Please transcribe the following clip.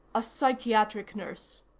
a psychiatric nurse.